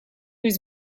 was